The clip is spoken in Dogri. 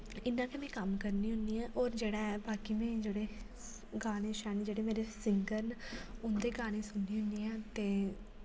इन्ना क में कम्म करनी होन्नी ऐ और जेह्ड़ा ऐ बाकि में जेह्ड़े गाने शाने जेह्ड़े मेरे सिंगर न उंदे गाने सुन्नी होन्नी आं ते